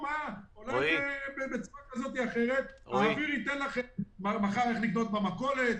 אולי בצורה כזאת או אחרת האוויר ייתן לכם מחר איך לקנות במכולת,